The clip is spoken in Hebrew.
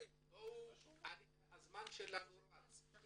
הזמן שלנו רץ.